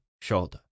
shoulder